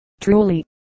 truly